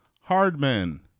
Hardman